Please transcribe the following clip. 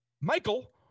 Michael